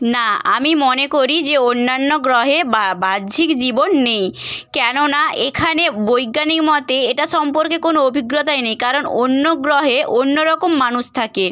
না আমি মনে করি যে অন্যান্য গ্রহে বাহ্যিক জীবন নেই কেননা এখানে বৈজ্ঞানিক মতে এটা সম্পর্কে কোনো অভিজ্ঞতাই নেই কারণ অন্য গ্রহে অন্য রকম মানুষ থাকে